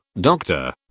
Doctor